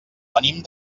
venim